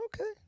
Okay